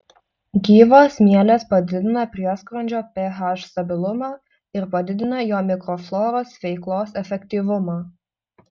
gyvos mielės padidina prieskrandžio ph stabilumą ir padidina jo mikrofloros veiklos efektyvumą